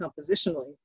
compositionally